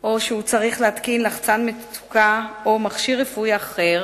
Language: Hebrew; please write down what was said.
או שהוא צריך להתקין לחצן מצוקה או מכשיר רפואי אחר